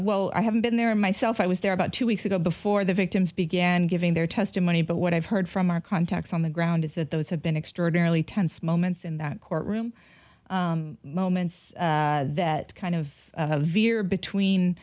well i haven't been there myself i was there about two weeks ago before the victims began giving their testimony but what i've heard from our contacts on the ground is that those have been extraordinarily tense moments in that courtroom moments that kind of veer between